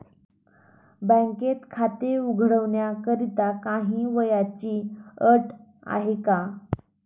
बँकेत खाते उघडण्याकरिता काही वयाची अट आहे का?